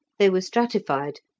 they were stratified,